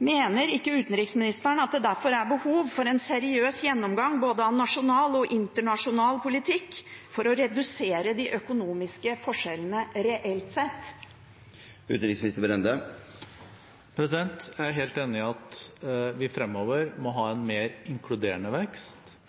Mener ikke utenriksministeren at det derfor er behov for en seriøs gjennomgang av både nasjonal og internasjonal politikk for å redusere de økonomiske forskjellene reelt sett? Jeg er helt enig i at vi fremover må ha en mer inkluderende vekst,